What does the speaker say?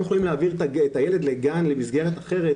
הם יכולים להעביר את הילד למסגרת אחרת,